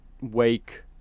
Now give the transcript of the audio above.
Wake